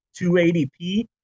280p